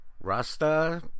Rasta